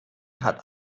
hat